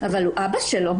אבל הוא אבא שלה.